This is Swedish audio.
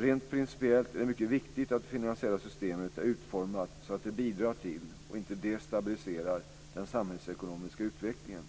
Rent principiellt är det mycket viktigt att det finansiella systemet är utformat så att det bidrar till - och inte destabiliserar - den samhällsekonomiska utvecklingen.